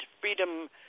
Freedom